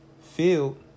field